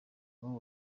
bamwe